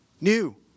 New